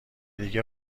دیگه